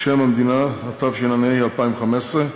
שם המדינה), התשע"ה 2015,